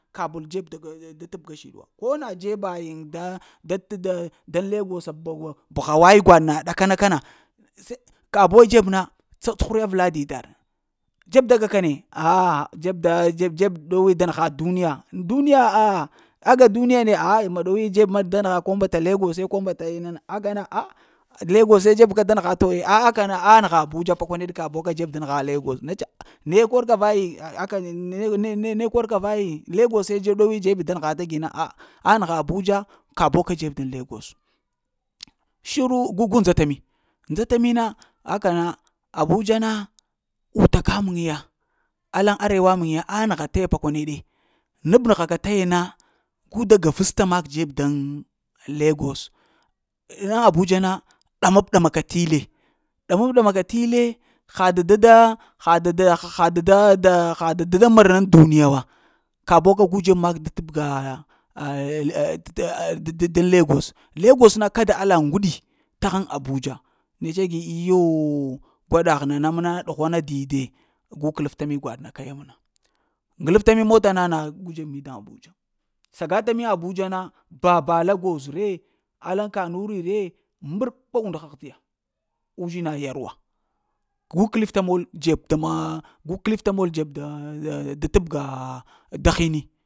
Kahun dzeb dag tapga siɗwa ko na dzeba yiŋ da dat-dat da daŋ legosa pha wa ye gwaɗ na ɗaka na kana se kabuwa dzeb na cacuhura avla didaɗ. Dzeb da ga ka ne ah! Dzeb da dzeb ɗuwo da nəgha duniya, duniya ah. aŋa duniya ne, ah maɗuwi dzeb ma da nəgha ko mbata legose ko mbata ina na aga na ah. Legose dzeb ka da nəgha to eh a’ ah nəgha abiya peɗ kabuwa ka ɗzeb da nəgha legose neca? Ne kor kr vayi aka ne-ne-ne-ne kor ka vayi legose dowi dzeb da nəgha ta gina, a anəgha abuja kabuwa ka dzeb daŋ legos, shiru gu-gu nɗzatami. Nɗzata mi na, aka na abuja na utaka muŋ ya allaŋ arawa muŋ ya anəgha taya pakwa nede nabnəgha ka taya na gu da garesta mak dzeb ɗaŋ legos ai abuja na, ɗa mab da maka t'ille ɗa mab-ɗa-maka t'ille ha dada-da hadada da hadada-da hada da mara ɗan duniya wa, ka buwa ka gu dzeb mak t’ bga a’ ah da- daŋ legos, legos na kada alla uŋgwidi taghaŋ abuja netse gi yooh gwaɗagh nana mna ɗughwana dide, gu kəelafta mi awaɗ na kaya mna. Nglaf ta mi mota na gu dzeb da, abuja. Sagata mi ŋ abuja na, bapa la goz re allaŋ kanuri re, mbəer ɓa unda ha ahdiya, uzhma yarwa gu kəelepta mol dzeɗma, gu kəelefta mol da-da datapga da hinni